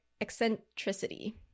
eccentricity